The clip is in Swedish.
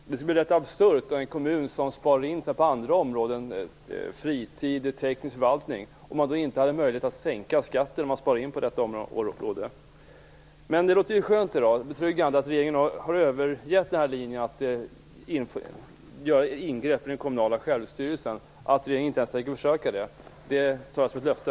Det skulle bli rätt absurt om en kommun som sparar in på andra områden, t.ex. fritid och teknisk förvaltning, sedan inte hade möjlighet att sänka skatten. Det låter därför skönt och betryggande att regeringen har övergett linjen att göra ingrepp i den kommunala självstyrelsen och inte ens tänker försöka det. Det tar jag som ett löfte.